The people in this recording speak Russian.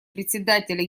председателя